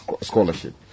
scholarship